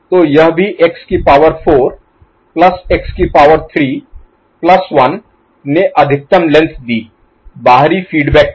तो यह भी x की पावर 4 प्लस x की पावर 3 प्लस 1 ने अधिकतम लेंथ दी बाहरी फीडबैक के लिए